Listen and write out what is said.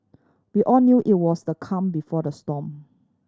we all knew it was the calm before the storm